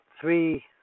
three